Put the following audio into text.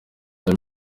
les